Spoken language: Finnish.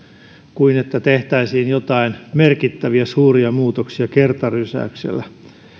kuin se että tehtäisiin jotain merkittäviä suuria muutoksia kertarysäyksellä